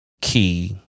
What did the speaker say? key